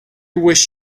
wish